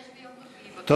יש ביום רביעי.